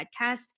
podcast